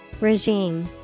Regime